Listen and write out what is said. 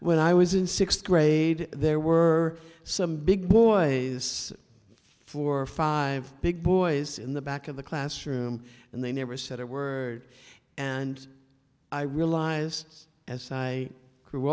when i was in sixth grade there were some big boys four or five big boys in the back of the classroom and they never said a word and i realized as i grew